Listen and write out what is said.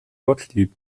gottlieb